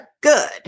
good